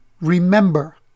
remember